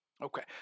Okay